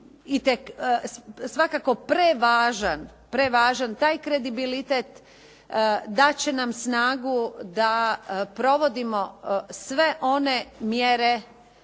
je svakako prevažan. Taj kredibilitet dat će nam snagu da provodimo sve one mjere